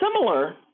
similar